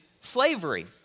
slavery